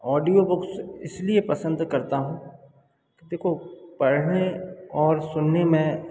audio books इसलिए पसंद करता हूँ कि देखो पढ़ने और सुनने में